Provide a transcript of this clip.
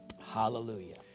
Hallelujah